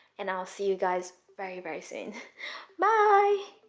and i'll see you guys very very soon bye